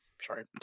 Sorry